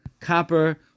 copper